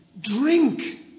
drink